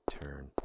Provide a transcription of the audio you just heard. turn